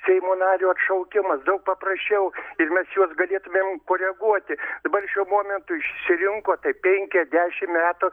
seimo nario atšaukimas daug paprasčiau ir mes juos galėtumėm koreguoti dabar šiuo momentu išsirinko tai penkia dešim metų